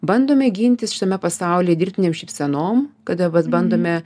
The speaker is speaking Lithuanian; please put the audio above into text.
bandome gintis šitame pasaulyje dirbtinėm šypsenom kada vat bandome